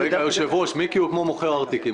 היושב-ראש, מיקי הוא כמו מוכר ארטיקים.